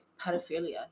pedophilia